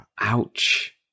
Ouch